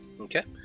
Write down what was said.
Okay